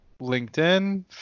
LinkedIn